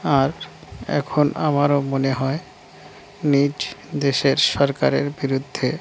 আর এখন আমারও মনে হয় নিজ দেশের সরকারের বিরুদ্ধে